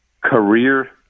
career